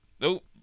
nope